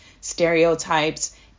stereotypes